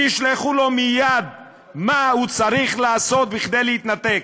תשלחו לו מייד, מה הוא צריך לעשות כדי להתנתק.